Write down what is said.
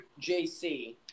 JC